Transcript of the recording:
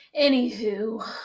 Anywho